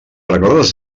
recordes